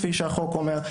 כפי שהחוק אומר,